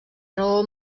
raó